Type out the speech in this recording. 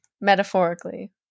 Metaphorically